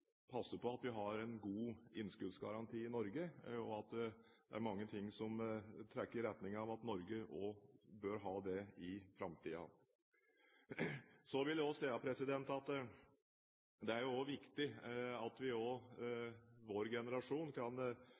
er mange ting som trekker i retning av at Norge også bør ha det i framtiden. Så vil jeg si at det er viktig at også vår generasjon kan